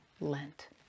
Lent